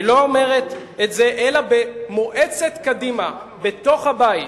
היא לא אומרת את זה, אלא במועצת קדימה, בתוך הבית.